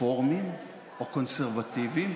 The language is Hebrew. רפורמים או קונסרבטיבים,